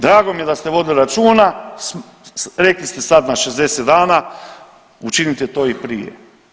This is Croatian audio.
Drago mi je da ste vodili računa, rekli ste sad na 60 dana, učinite to i prije.